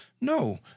No